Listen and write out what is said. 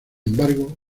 embargo